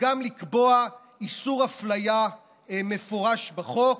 וגם לקבוע איסור אפליה מפורש בחוק.